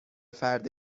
فرد